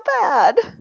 bad